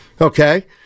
Okay